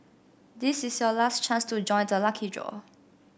this is your last chance to join the lucky draw